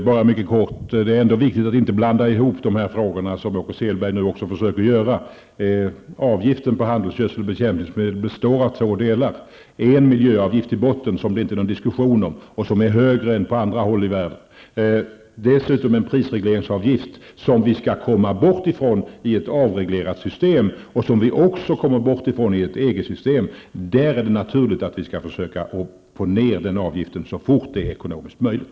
Herr talman! Det är ändå viktigt att inte blanda ihop de här frågorna, som Åke Selberg nu också försöker göra. Avgiften på handelsgödsel och bekämpningsmedel består av två delar: Vi har en miljöavgift i botten, som det inte är någon diskussion om, och som är högre än på andra håll i världen. Dessutom har vi en prisregleringsavgift, som vi skall komma bort ifrån i ett avreglerat system -- och som vi också kommer bort ifrån i ett EG-system. Det är naturligt att vi skall försöka få ned den avgiften så fort det är ekonomisk möjligt.